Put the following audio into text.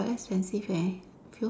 but very expensive eh